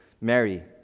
Mary